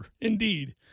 indeed